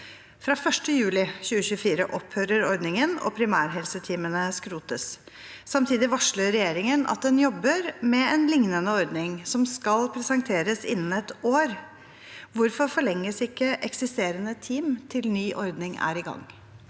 Fra 1. juli 2024 opphører ordningen og primærhelseteamene skrotes. Samtidig varsler regjeringen at den jobber med en lignende ordning, som skal presenteres innen ett år. Hvorfor forlenges ikke eksisterende team til ny ordning er i gang?»